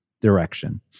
direction